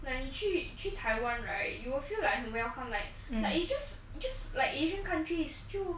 那你去去 taiwan right you will feel like 很 welcome like like you just just like asian countries 就